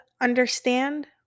understand